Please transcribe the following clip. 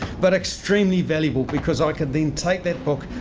but extremely valuable because i could then take that book.